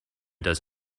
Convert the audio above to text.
does